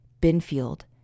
Binfield